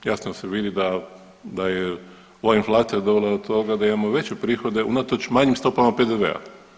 Jasno se vidi da je ova inflacija dovela do toga da imamo veće prihode unatoč manjim stopama PDV-a.